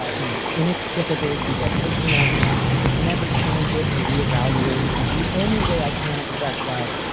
ah you know, inextricable to the person that i am. i could never change it or re-evaluate. this is the only way i can express love.